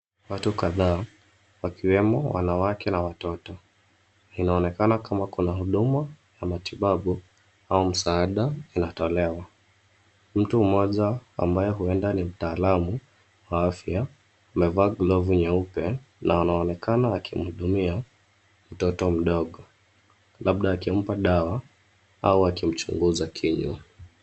Watu kadhaa wakiwemo wanawake na watoto. Inaonekana kama kuna huduma ya matibabu au msaada inatolewa. Mtu mmoja ambaye huenda ni mtaalamu wa afya, amevaa glovu nyeupe na anaonekana akimhudumia mtoto mdogo labda akimpa dawa au akimchunguza kinywa.